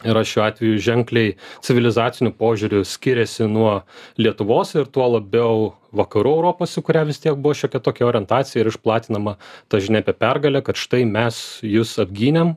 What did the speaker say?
yra šiuo atveju ženkliai civilizaciniu požiūriu skiriasi nuo lietuvos ir tuo labiau vakarų europos į kurią vis tiek buvo šiokia tokia orientacija ir išplatinama ta žinia apie pergalę kad štai mes jus apgynėm